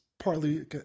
partly